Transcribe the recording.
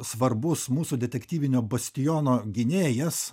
svarbus mūsų detektyvinio bastiono gynėjas